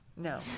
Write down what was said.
No